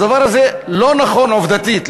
הדבר הזה לא נכון עובדתית.